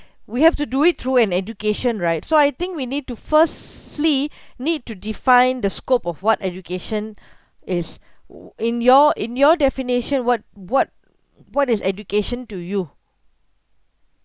we have to do it through an education right so I think we need to firstly need to define the scope of what education is w~ in your in your definition what what what is education to you